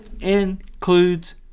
includes